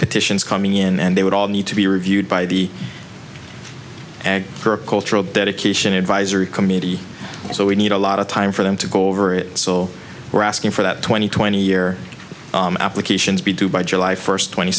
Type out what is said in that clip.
petitions coming in and they would all need to be reviewed by the ag for a cultural dedication advisory committee so we need a lot of time for them to go over it so we're asking for that twenty twenty year applications be due by july first twenty